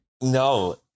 No